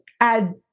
add